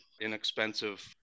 inexpensive